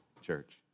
church